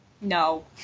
No